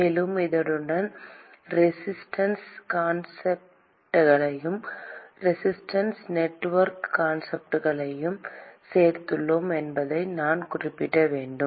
மேலும் இதனுடன் ரெசிஸ்டன்ஸ் கான்செப்ட்களையும் ரெசிஸ்டன்ஸ் நெட்வொர்க் கான்செப்ட்களையும் சேர்த்துள்ளோம் என்பதையும் நான் குறிப்பிட வேண்டும்